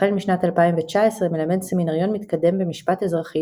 החל משנת 2019 מלמד סמינריון מתקדם במשפט אזרחי